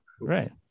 right